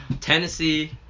Tennessee